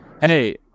Hey